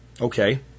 okay